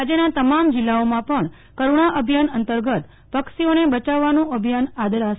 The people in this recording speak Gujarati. રાજ્યના તમામ જિલ્લાઓમાં પણ કરૂણા અભિયાન અંતર્ગત પક્ષીઓને બચાવવાનું અભિયાન આદરાશે